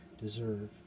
deserve